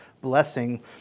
blessing